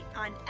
on